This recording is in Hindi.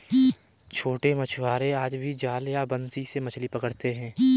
छोटे मछुआरे आज भी जाल या बंसी से मछली पकड़ते हैं